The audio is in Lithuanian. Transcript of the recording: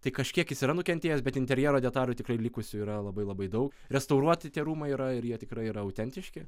tai kažkiek jis yra nukentėjęs bet interjero detalių tikrai likusių yra labai labai daug restauruoti tie rūmai yra ir jie tikrai yra autentiški